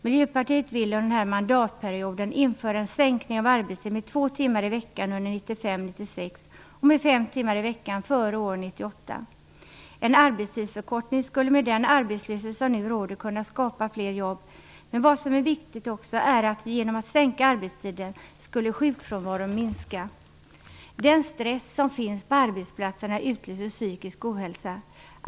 Miljöpartiet vill under den här mandatperioden genomföra en sänkning av arbetstiden med två timmar i veckan under 1995 och 1996 En arbetstidsförkortning skulle med den arbetslöshet som nu råder kunna skapa fler jobb. Men vad som är viktigt är att vi genom att sänka arbetstiden skulle minska sjukfrånvaron. Den stress som finns på arbetsplatserna utlöser psykisk ohälsa.